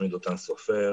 שמי דותן סופר,